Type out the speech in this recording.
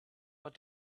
but